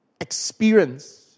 experience